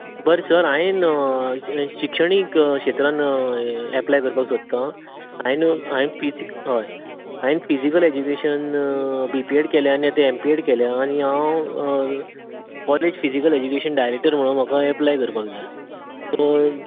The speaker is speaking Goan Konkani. बरें सर हांवें शिक्षणीक क्षेत्रान एप्लाय करपाक सोदता हांवें हांवें फिजिक हय हांवें physical education B P Ed केलें आनी आतां एम पी एड केल्या आनी हांव कॉलेज फिजिकल एज्युकेशन डायरेक्टर म्हणून म्हाका एप्लाय करपाक जाय पूण